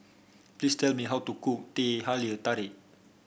please tell me how to cook Teh Halia Tarik